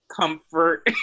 comfort